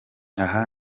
aha